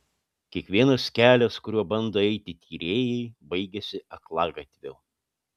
kiekvienas kelias kuriuo bando eiti tyrėjai baigiasi aklagatviu